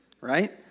right